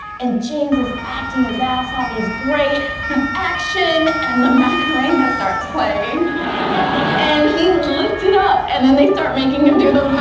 and james is acting his ass off. he's great action and the macarena starts playing and he lifts it up and then they start making him do but